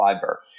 fiber